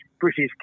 British